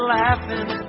laughing